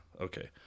Okay